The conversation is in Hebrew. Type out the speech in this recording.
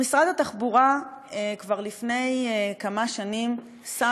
משרד התחבורה העלה כבר לפני כמה שנים על